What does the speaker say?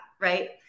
right